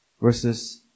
versus